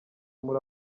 muri